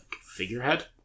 figurehead